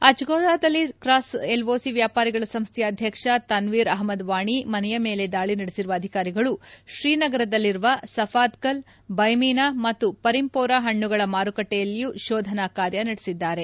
ಅಜ್ಗೋಜಾದಲ್ಲಿರುವ cross LOC ವ್ಯಾಪಾರಿಗಳ ಸಂಸ್ಥೆಯ ಅಧ್ಯಕ್ಷ ತನ್ನೀರ್ ಅಹ್ಮದ್ವಾಣಿ ಮನೆಯ ಮೇಲೆ ದಾಳಿ ನಡೆಸಿರುವ ಅಧಿಕಾರಿಗಳು ಶ್ರೀನಗರದಲ್ಲಿರುವ ಸಘಾಕದಲ್ ಬೈಮಿನಾ ಮತ್ತು ಪರಿಂಪೋರಾ ಪಣ್ಣಗಳ ಮಾರುಕಟ್ಟೆಯಲ್ಲಿಯೂ ಶೋಧನಾ ಕಾರ್ಯ ನಡೆಸಿದ್ದಾರೆ